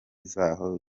zaho